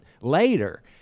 later